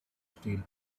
still